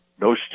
No